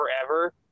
forever